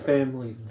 Family